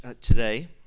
today